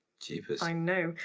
jeepers. i know.